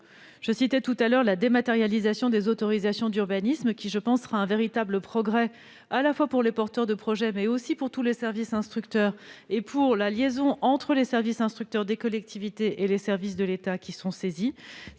Je citais précédemment la dématérialisation des autorisations d'urbanisme qui représente un progrès considérable, à la fois, pour les porteurs de projets, pour tous les services instructeurs et pour la liaison entre les services instructeurs des collectivités et les services de l'État qui sont saisis.